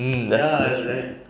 hmm that's that's true